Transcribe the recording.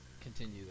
continue